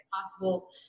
possible